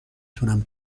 تونم